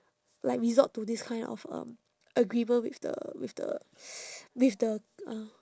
like resort to this kind of um agreement with the with the with the uh